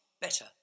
better